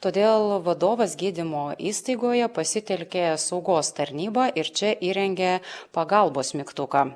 todėl vadovas gydymo įstaigoje pasitelkė saugos tarnybą ir čia įrengė pagalbos mygtuką